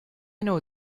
know